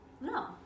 no